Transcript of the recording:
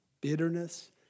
bitterness